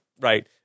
right